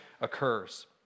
occurs